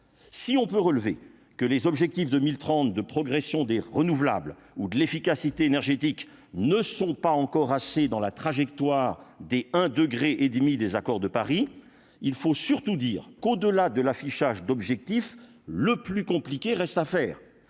si on peut relever que les objectifs 2030 de progression des renouvelables ou de l'efficacité énergétique, ne sont pas encore assez dans la trajectoire des un degré et demi des accords de Paris il faut surtout dire qu'au-delà de l'affichage d'objectifs le plus compliqué, reste à faire